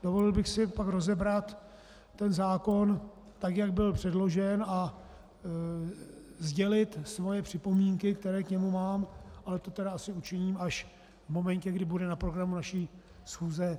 Dovolil bych si pak rozebrat zákon tak, jak byl předložen, a sdělit své připomínky, které k němu mám, ale to tedy asi učiním až v momentě, kdy bude na programu naší schůze příště.